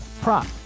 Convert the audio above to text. prop